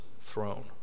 throne